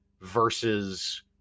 versus